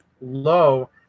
low